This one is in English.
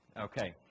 Okay